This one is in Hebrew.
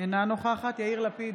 אינה נוכחת יאיר לפיד,